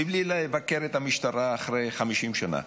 מבלי לבקר את המשטרה אחרי 50 שנה,